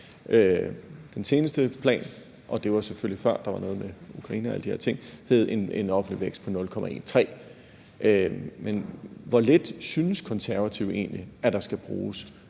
Den seneste plan, og det var selvfølgelig, før der var noget med Ukraine og alle de her ting, hed det en offentlig vækst på 0,13 pct., men hvor lidt synes Konservative egentlig, at der skal bruges